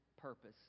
purpose